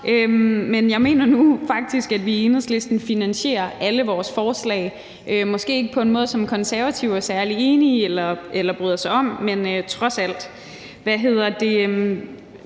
Men jeg mener nu faktisk, at vi i Enhedslisten finansierer alle vores forslag, måske ikke på en måde, som Konservative er særlig enige i eller bryde sig om, men vi gør det